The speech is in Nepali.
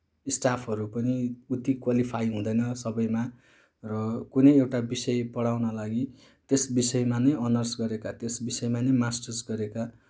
स्टाफहरू पनि उति क्वालिफाइ हुँदैन सबैमा र कुनै एउटा विषय पढाउन लागि त्यस विषयमा नै अनर्स गरेका त्यस विषयमा नै मास्टर्स गरेका